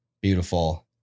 beautiful